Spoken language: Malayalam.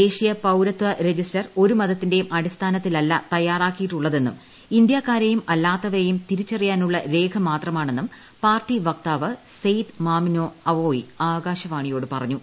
ദേശീയ പൌരത്വ രജിസ്റ്റർ ഒരു മതത്തിന്റേയും അടിസ്ഥാനത്തിലല്ല തയ്യാറാക്കിയിട്ടുള്ളതെന്നും ഇന്ത്യാക്കരെയും അല്ലാത്തവരെയും തിരിച്ചറിയാനുള്ള രേഖ മാത്രമാണെന്നും പാർട്ടി വക്താവ് സെയ്ദ് മാമിനോ അവോയി ആകാശവാണിയോട് പ്യറ്റഞ്ഞു